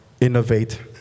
innovate